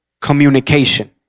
communication